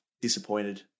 disappointed